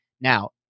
Now